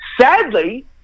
sadly